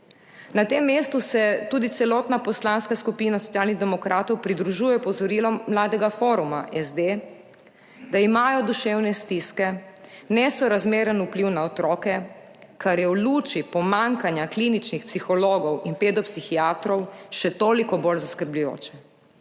Na tem mestu se tudi celotna Poslanska skupina Socialnih demokratov pridružuje opozorilom Mladega foruma SD, da imajo duševne stiske nesorazmeren vpliv na otroke, kar je v luči pomanjkanja kliničnih psihologov in pedopsihiatrov še toliko bolj zaskrbljujoče.